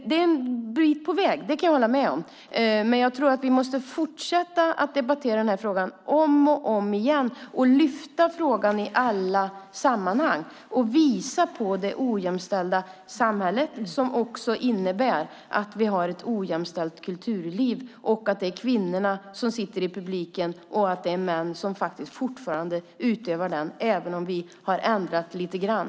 Det är en bit på väg, det kan jag hålla med om, men jag tror att vi måste fortsätta att debattera den här frågan om och om igen och lyfta fram den i alla sammanhang för att visa på det ojämställda samhället som också innebär att vi har ett ojämställt kulturliv. Det är kvinnorna som sitter i publiken och det är faktiskt fortfarande män som är utövare, även om vi har ändrat lite grann.